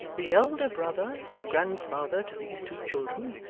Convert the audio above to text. the elder brother, grandfather to these two children,